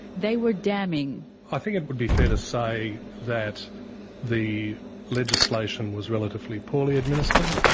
they were damming. i think it would be fair to say that the legislation was relatively poorly administered,